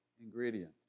ingredient